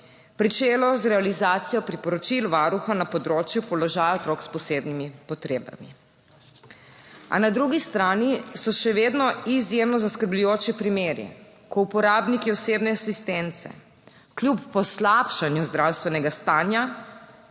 pričelo z realizacijo priporočil Varuha na področju položaja otrok s posebnimi potrebami. A na drugi strani so še vedno izjemno zaskrbljujoči primeri, ko uporabniki osebne asistence kljub poslabšanju zdravstvenega stanja